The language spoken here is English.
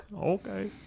Okay